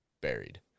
buried